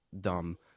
dumb